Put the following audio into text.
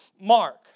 mark